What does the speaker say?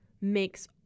makes